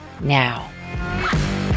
now